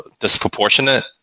Disproportionate